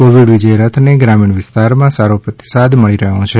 ક્રીવિડ વિજય રથને ગ્રામીણ વિસ્તારમાં સારી પ્રતિસાદ મળી રહ્યો છે